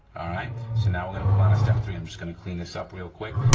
all right, so now we're gonna move on to step three, i'm just gonna clean this up real quick,